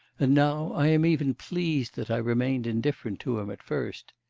and now i am even pleased that i remained indifferent to him at first.